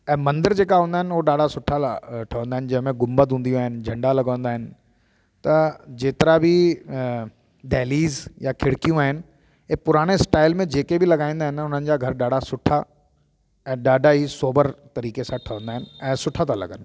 ऐं मंदर जेके हूंदा आहिनि न ॾाढा सुठा ल ठहंदा आहिनि जंहिंमें घुमबंद हूंदियूं आहिनि झंडा लॻंदा आहिनि त जेतिरा बि दहिलीज़ यां खिड़कियूं आहिनि ऐं पुराने स्टाईल में जेके बि लॻाईंदा आहिनि न उन्हनि जा घर ॾाढा सुठा ऐं ॾाढा ई सोभर तरीक़े सां ठहंदा आहिनि ऐं सुठा था लॻनि